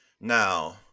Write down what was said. Now